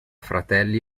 fratelli